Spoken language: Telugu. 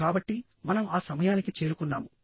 కాబట్టి మనం ఆ సమయానికి చేరుకున్నాము